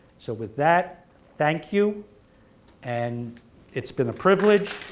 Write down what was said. so with that thank you and it's been a privilege.